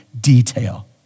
detail